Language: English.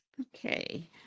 Okay